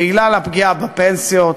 בגלל הפגיעה בפנסיות,